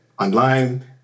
online